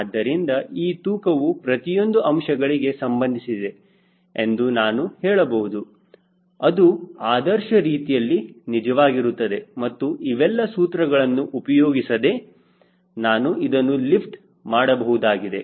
ಆದ್ದರಿಂದ ಈ ತೂಕವು ಪ್ರತಿಯೊಂದು ಅಂಶಗಳಿಗೆ ಸಂಬಂಧಿಸಿದೆ ಎಂದು ನಾವು ಹೇಳಬಹುದು ಅದು ಆದರ್ಶ ರೀತಿಯಲ್ಲಿ ನಿಜವಾಗಿರುತ್ತದೆ ಮತ್ತು ಇವೆಲ್ಲ ಸೂತ್ರಗಳನ್ನು ಉಪಯೋಗಿಸದೆ ನಾನು ಇದನ್ನು ಲಿಫ್ಟ್ ಮಾಡಬಹುದಾಗಿದೆ